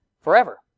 forever